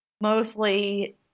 mostly